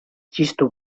txistu